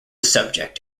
subject